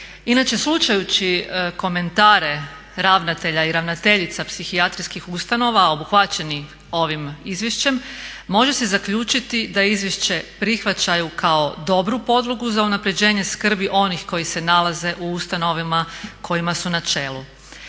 Inače slušajući komentare ravnatelja i ravnateljica psihijatrijskih ustanova obuhvaćeni ovim izvješćem može se zaključiti da izvješće prihvaćaju kao dobru podlogu za unapređenje skrbi onih koji se nalaze u ustanovama kojima su na čelu.